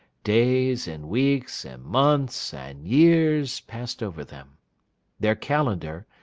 days, and weeks, and months, and years, passed over them their calendar,